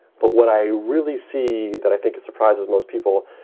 but what i really see that i think it surprises most people.